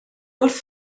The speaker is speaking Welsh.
wrth